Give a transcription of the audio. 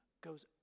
goes